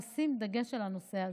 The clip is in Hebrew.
לשים דגש על הנושא הזה,